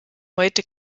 heute